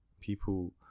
people